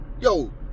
yo